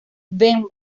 ben